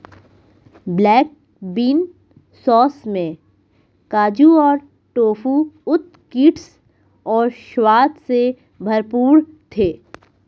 black bean sauce में काजू और टोफू उत्कृष्ट और स्वाद से भरपूर थे